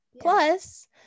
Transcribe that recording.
plus